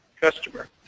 customer